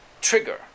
trigger